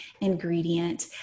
ingredient